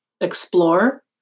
explore